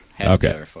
Okay